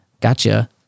Gotcha